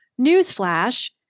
newsflash